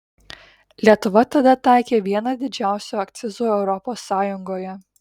lietuva tada taikė vieną didžiausių akcizų europos sąjungoje